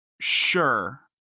sure